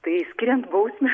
tai skiriant bausmę